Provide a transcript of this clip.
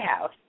House